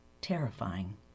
terrifying